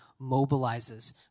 mobilizes